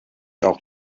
auch